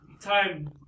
time